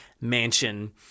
mansion